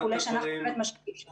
שאנחנו באמת משקיעים שם.